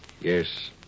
Yes